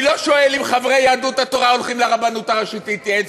אני לא שואל אם חברי יהדות התורה הולכים לרבנות הראשית להתייעץ,